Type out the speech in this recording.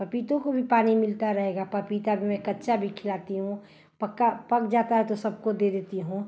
पपीतो को भी पानी मिलता रहेगा पपीता भी मैं कच्चा भी खिलाती हूँ पक्का पक जाता है तो सबको दे देती हूँ